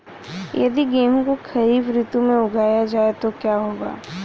यदि गेहूँ को खरीफ ऋतु में उगाया जाए तो क्या होगा?